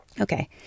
Okay